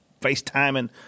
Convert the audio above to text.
FaceTiming